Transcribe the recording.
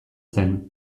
zen